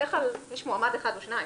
בדרך כלל יש מועמד אחד או שניים.